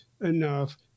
enough